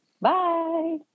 Bye